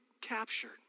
captured